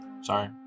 Sorry